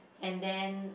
and then